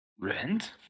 Rent